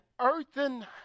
earthen